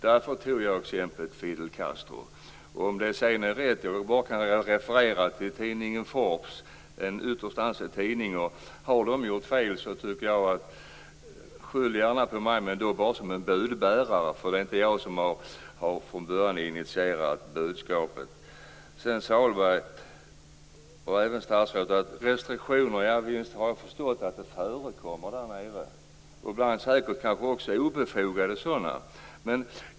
Därför tog jag exemplet Fidel Castro. Jag vet inte om det är rätt. Jag kan bara referera till tidningen Forbes, som är en ytterst ansedd tidning. Skyll gärna på mig om tidningen har gjort fel, men jag är bara budbärare. Det är inte jag som har initierat budskapet. Visst har jag förstått att det förekommer restriktioner där nere, Sahlberg och statsrådet, och ibland kanske också obefogade sådana.